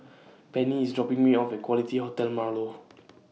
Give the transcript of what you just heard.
Penni IS dropping Me off At Quality Hotel Marlow